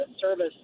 service